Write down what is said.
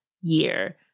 year